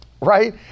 Right